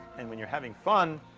and when you're having fun,